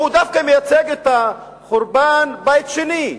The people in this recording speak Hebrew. הוא דווקא מייצג את חורבן בית שני.